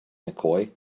mccoy